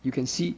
you can see